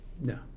No